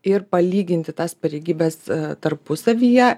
ir palyginti tas pareigybes tarpusavyje